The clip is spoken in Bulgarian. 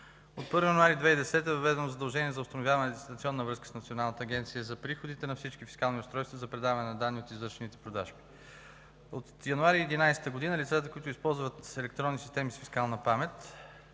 От 1 януари 2010 г. е въведено задължение за установяване на дистанционна връзка с Националната агенция за приходите на всички фискални устройства за предаване на данни от извършените продажби. От месец януари 2011 г. лицата, които използват електронни системи с фискална памет,